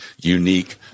unique